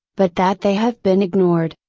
but that they have been ignored,